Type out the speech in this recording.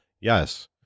Yes